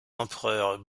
empereurs